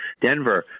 denver